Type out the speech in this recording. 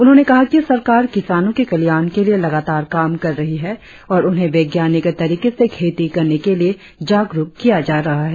उन्होंने कहा कि सरकार किसानों के कल्याण के लिए लगातार काम कर रही है और उन्हें वैज्ञानिक तरीके से खेती करने के लिए जागरुक किया जा रहा है